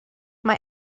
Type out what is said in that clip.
mae